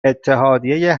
اتحادیه